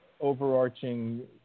overarching